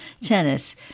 Tennis